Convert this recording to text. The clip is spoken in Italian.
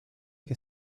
che